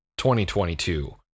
2022